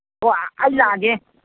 ꯑꯣ ꯑꯩ ꯂꯥꯛꯑꯒꯦ